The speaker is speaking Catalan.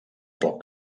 poc